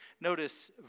Notice